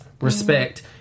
respect